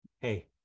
hey